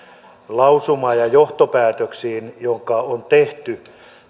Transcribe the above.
lausumaan ja johtopäätöksiin jotka on tehty